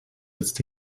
setzt